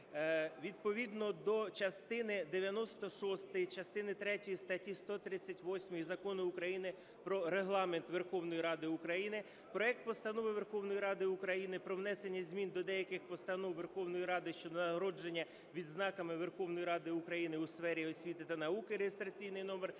шостої, частини третьої статті 138 Закону України "Про Регламент Верховної Ради України" проект Постанови Верховної Ради України про внесення змін до деяких постанов Верховної Ради України щодо нагородження відзнаками Верховної Ради України у сфері освіти і науки (реєстраційний номер